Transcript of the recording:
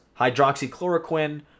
hydroxychloroquine